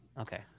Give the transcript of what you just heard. Okay